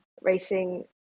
racing